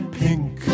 pink